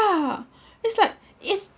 yeah is like is